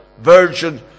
virgin